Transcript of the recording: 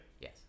yes